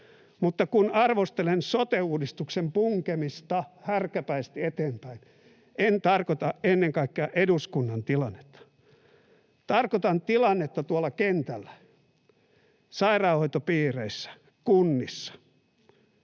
Mutta kun arvostelen sote-uudistuksen punkemista härkäpäisesti eteenpäin, en tarkoita ennen kaikkea eduskunnan tilannetta. Tarkoitan tilannetta tuolla kentällä; sairaanhoitopiireissä, kunnissa.